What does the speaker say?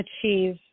achieve